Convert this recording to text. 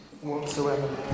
whatsoever